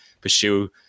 pursue